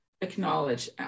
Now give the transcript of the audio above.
acknowledge